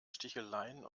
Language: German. sticheleien